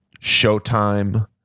Showtime